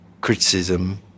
criticism